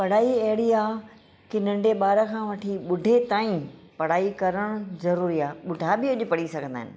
पढ़ाई अहिड़ी आहे कि नंढे ॿार खां वठी ॿुढ़े ताईं पढ़ाई करण ज़रुरी आहे ॿुढ़ा बि अॼु पढ़ी सघन्दा आहिनि